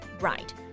Right